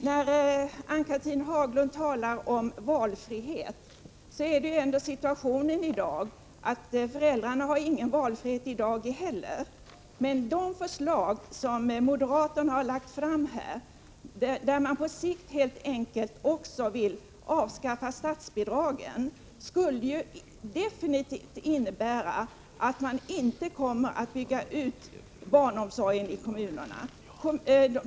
Herr talman! Ann-Cathrine Haglund talar om valfrihet. Men situationen i dag är den att föräldrarna inte har någon valfrihet. De förslag som moderaterna har framlagt, där man på sikt helt enkelt vill avskaffa statsbidragen, skulle absolut innebära att barnomsorgen i kommunerna inte skulle byggas ut.